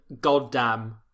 Goddamn